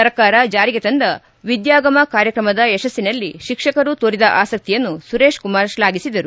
ಸರ್ಕಾರ ಜಾರಿಗೆ ತಂದ ವಿದ್ಯಾಗಮ ಕಾರ್ಯಕ್ರಮದ ಯಶಸ್ಸಿನಲ್ಲಿ ಶಿಕ್ಷಕರು ತೋರಿದ ಆಸಕ್ತಿಯನ್ನು ಸುರೇಶ್ ಕುಮಾರ್ ಶ್ಲಾಘಿಸಿದರು